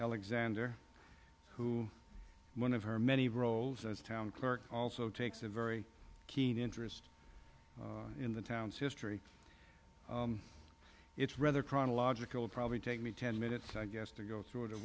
alexander who one of her many roles as town clerk also takes a very keen interest in the town's history it's rather chronological probably take me ten minutes i guess to go through it